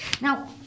Now